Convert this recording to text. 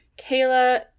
Kayla